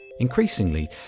Increasingly